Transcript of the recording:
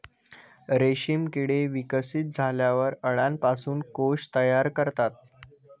रेशीम किडे विकसित झाल्यावर अळ्यांपासून कोश तयार करतात